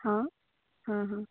ହଁ ହଁ ହଁ